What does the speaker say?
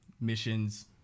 missions